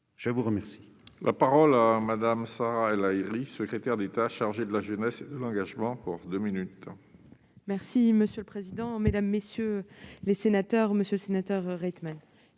Je vous remercie